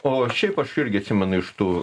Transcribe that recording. o šiaip aš irgi atsimenu iš tų